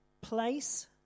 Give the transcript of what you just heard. place